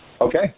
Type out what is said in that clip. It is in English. Okay